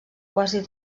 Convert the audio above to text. quasi